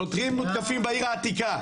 שוטרים מותקפים בעיר העתיקה.